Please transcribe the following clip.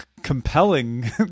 Compelling